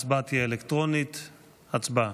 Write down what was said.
הצבעה.